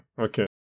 Okay